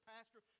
Pastor